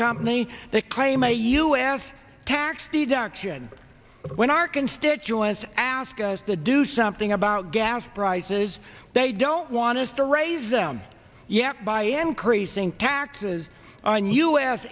company that claim a us tax deduction when our constituents ask us to do something about gas prices they don't want us to raise them yet by an increasing taxes on u